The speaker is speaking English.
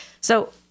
So-